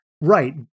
Right